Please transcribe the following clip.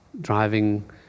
driving